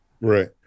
right